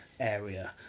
area